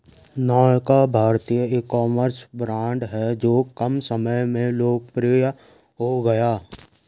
नायका भारतीय ecommerce brand हैं जो कम समय में लोकप्रिय हो गया